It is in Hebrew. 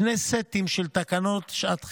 שני סטים של תקנות שעת חירום,